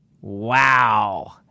Wow